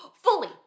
Fully